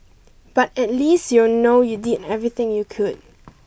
but at least you'll know you did everything you could